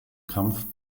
kampf